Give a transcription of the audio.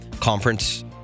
conference